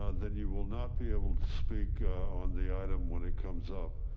ah then you will not be able to speak on the item when it comes up.